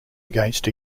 against